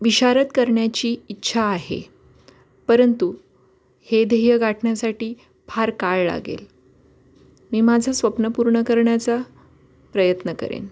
विशारद करण्याची इच्छा आहे परंतु हे ध्येय गाठण्यासाठी फार काळ लागेल मी माझं स्वप्न पूर्ण करण्याचा प्रयत्न करेन